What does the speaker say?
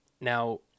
Now